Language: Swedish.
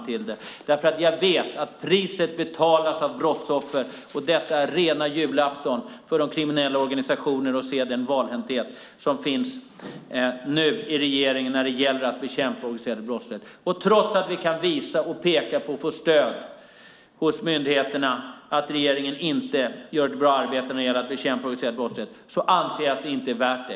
Jag vet nämligen att priset betalas av brottsoffer, och det är rena julaftonen för de kriminella organisationerna att se den valhänthet som finns i regeringen när det gäller att bekämpa organiserad brottslighet. Trots att vi kan visa på och få stöd hos myndigheterna att regeringen inte gör ett bra arbete när det gäller att bekämpa organiserad brottslighet anser jag alltså att det inte är värt det.